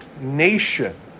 nation